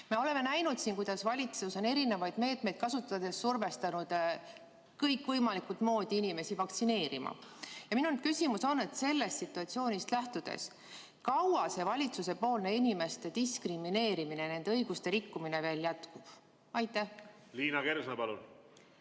Me oleme siin näinud, kuidas valitsus on erinevaid meetmeid kasutades survestanud kõikvõimalikku moodi inimesi vaktsineerima. Minu küsimus on sellest situatsioonist lähtudes: kui kaua see valitsusepoolne inimeste diskrimineerimine ja nende õiguste rikkumine veel jätkub? Ma tänan,